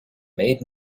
made